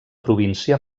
província